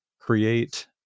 create